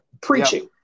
preaching